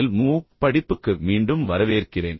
L MOOC படிப்புக்கு மீண்டும் வரவேற்கிறேன்